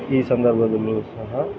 ಈ ಸಂದರ್ಭದಲ್ಲಿ ಉತ್ಸಾಹ